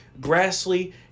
Grassley